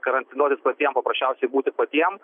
karantinuotis patiem paprasčiausiai būti patiem